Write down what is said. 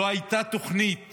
שלא הייתה תוכנית